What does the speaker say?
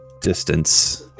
distance